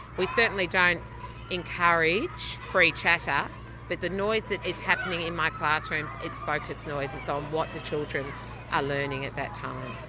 we certainly don't encourage free chatter but the noise that is happening in my classrooms is focused noise, it's on what the children are learning at that time.